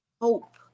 hope